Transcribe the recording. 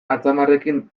atzamarrarekin